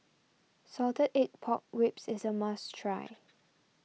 Salted Egg Pork Ribs is a must try